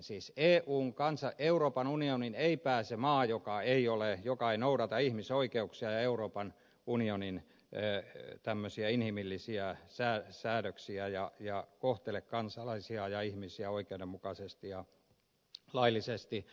siis euroopan unioniin ei pääse maa joka ei noudata ihmisoikeuksia ja euroopan unionin inhimillisiä säädöksiä ja kohtele kansalaisiaan ja ihmisiä oikeudenmukaisesti ja laillisesti